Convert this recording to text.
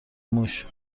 موش